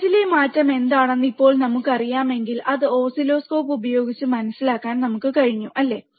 വോൾട്ടേജിലെ മാറ്റം എന്താണെന്ന് ഇപ്പോൾ നമുക്കറിയാമെങ്കിൽ അത് ഓസിലോസ്കോപ്പ് ഉപയോഗിച്ച് മനസ്സിലാക്കാൻ നമുക്ക് കഴിഞ്ഞു അല്ലേ